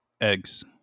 Eggs